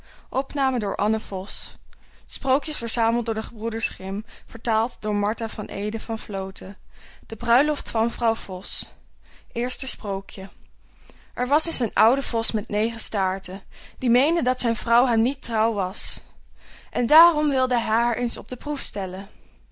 de bruiloft van vrouw vos eerste sprookje er was eens een oude vos met negen staarten die meende dat zijn vrouw hem niet trouw was en daarom wilde hij haar eens op de proef stellen